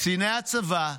קציני הצבא,